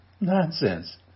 nonsense